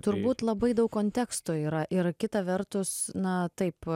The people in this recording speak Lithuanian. turbūt labai daug konteksto yra ir kita vertus na taip